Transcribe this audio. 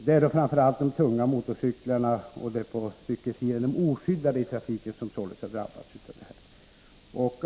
Framför allt har förarna av tunga motorcyklar och av cyklar, dvs. de oskyddade förarna, drabbats hårt.